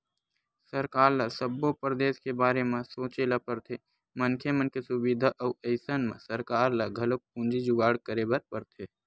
सरकार ल सब्बो परदेस के बारे म सोचे ल परथे मनखे मन के सुबिधा बर अइसन म सरकार ल घलोक पूंजी जुगाड़ करे बर परथे